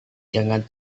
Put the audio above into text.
jangan